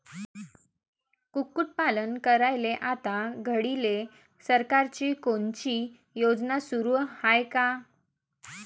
कुक्कुटपालन करायले आता घडीले सरकारची कोनची योजना सुरू हाये का?